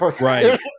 Right